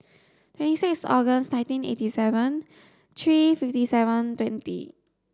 twenty six August nineteen eighty seven three fifty seven twenty